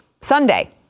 Sunday